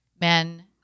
men